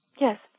Yes